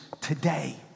today